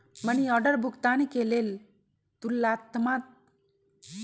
money order भुगतान के लेल ततुलनात्मक रूपसे बेशी विश्वसनीय तरीका हइ